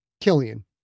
Killian